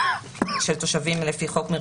אתה מטיל אותן על מי שיש לך קשרי נתינות איתו,